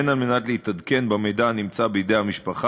הן כדי להתעדכן במידע שנמצא בידי המשפחה